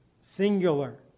singular